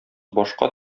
башка